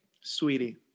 sweetie